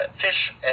fish